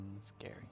Scary